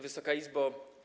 Wysoka Izbo!